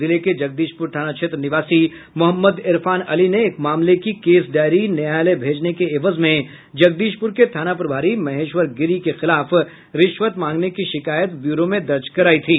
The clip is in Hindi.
जिले के जगदीशपुर थाना क्षेत्र निवासी मोहम्मद इरफान अली ने एक मामले की केस डायरी न्यायालय भेजने के एवज में जगदीशपुर के थाना प्रभारी महेश्वर गिरी के खिलाफ रिश्वत मांगने की शिकायत ब्यूरो में दर्ज करायी थी